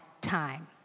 time